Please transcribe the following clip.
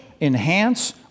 enhance